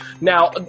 Now